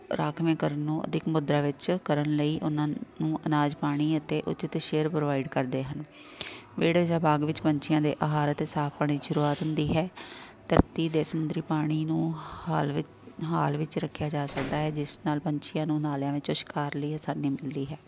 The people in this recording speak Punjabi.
ਰਾਖਵੇਂਕਰਨ ਨੂੰ ਅਧਿਕ ਮੁਦਰਾ ਵਿੱਚ ਕਰਨ ਲਈ ਉਹਨਾਂ ਨੂੰ ਅਨਾਜ ਪਾਣੀ ਅਤੇ ਉਚਿਤ ਸ਼ੇਅਰ ਪ੍ਰੋਵਾਈਡ ਕਰਦੇ ਹਨ ਵਿਹੜੇ ਜਾਂ ਬਾਗ ਵਿੱਚ ਪੰਛੀਆਂ ਦੇ ਅਹਾਰ ਅਤੇ ਸਾਫ ਪਾਣੀ ਸ਼ੁਰੂਆਤ ਹੁੰਦੀ ਹੈ ਧਰਤੀ ਦੇ ਸਮੁੰਦਰੀ ਪਾਣੀ ਨੂੰ ਹਾਲ ਵਿ ਹਾਲ ਵਿੱਚ ਰੱਖਿਆ ਜਾ ਸਕਦਾ ਹੈ ਜਿਸ ਨਾਲ ਪੰਛੀਆਂ ਨੂੰ ਨਾਲਿਆਂ ਵਿੱਚੋਂ ਸ਼ਿਕਾਰ ਲਈ ਆਸਾਨੀ ਮਿਲਦੀ ਹੈ